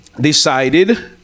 decided